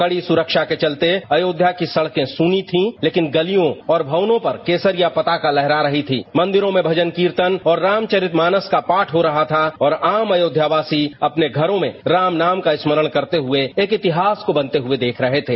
कड़ी सुरक्षा के चलते अयोध्या की सड़कें सूनी थीं लेकिन गलियां और भवनों पर केसरिया पताका लहरा रही थी मंदिरों में भजन कीर्तन और रामचरितमानस का पाठ हो रहा था और आम अयोध्यावासी अपने घरों में राम नाम का स्मरण करते हुए एक इतिहास को बनते हुए देख रहे थे